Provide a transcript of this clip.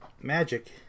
Magic